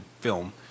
film